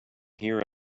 hear